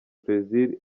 plaisir